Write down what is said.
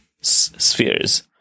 spheres